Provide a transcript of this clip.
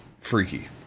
freaky